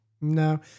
No